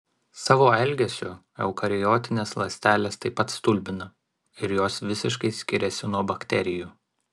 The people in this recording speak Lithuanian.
savo elgesiu eukariotinės ląstelės taip pat stulbina ir jos visiškai skiriasi nuo bakterijų